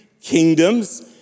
kingdoms